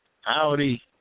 Howdy